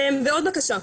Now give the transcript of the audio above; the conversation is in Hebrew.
ועוד בקשה,